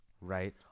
Right